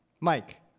Mike